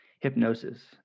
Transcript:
hypnosis